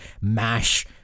MASH